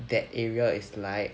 that area is like